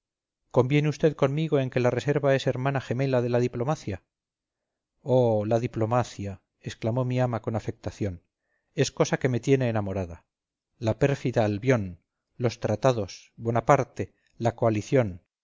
conviene vd conmigo en que la reserva es hermana gemela de la diplomacia oh la diplomacia exclamó mi ama con afectación es cosa que me tiene enamorada la pérfida albión los tratados bonaparte la coalición